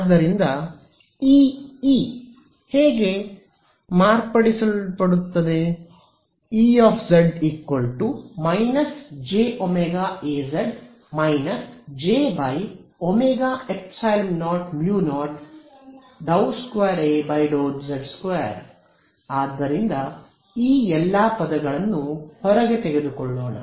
ಆದ್ದರಿಂದ ಈ ಇ ಈಗ ಹೇಗೆ ಮಾರ್ಪಡಿಸಲ್ಪಡುತ್ತದೆ Ez −jωAz j ωϵ0μ0 ∂2A ∂z2 ಆದ್ದರಿಂದ ಈ ಎಲ್ಲ ಪದಗಳನ್ನು ಹೊರಗೆ ತೆಗೆದುಕೊಳ್ಳೋಣ